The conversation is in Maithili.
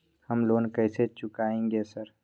हम लोन कैसे चुकाएंगे सर?